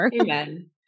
Amen